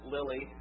Lily